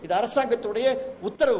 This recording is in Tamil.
இது அரசாங்கத்தோட உத்தரவு